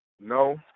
No